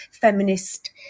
feminist